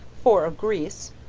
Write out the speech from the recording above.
four of grease,